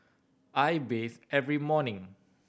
I bathe every morning